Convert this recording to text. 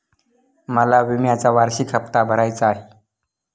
मला विम्याचा वार्षिक हप्ता भरायचा आहे